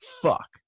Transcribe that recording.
Fuck